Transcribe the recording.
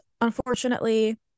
unfortunately